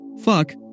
Fuck